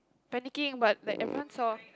panicking but like everyone saw